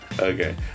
Okay